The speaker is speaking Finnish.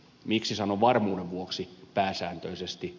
miksi sanon varmuuden vuoksi pääsääntöisesti